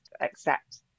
accept